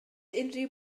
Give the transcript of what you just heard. unrhyw